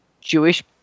Jewish